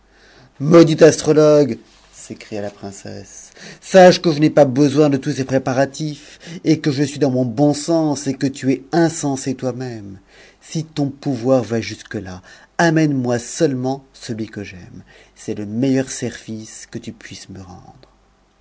maudit astrologue s'écria la princesse sache que je n'ai pas besoin ie tous ces préparatiis que je suis dans mon bon sens et que tu es insensé loi même si ton pouvoir va jusque a amène-moi seulement celui que mc c'est le meilleur service que tu puisses me rendre